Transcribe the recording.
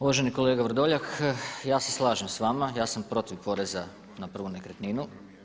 Uvaženi kolega Vrdoljak, ja se slažem s Vama, ja sam protiv poreza na prvu nekretninu.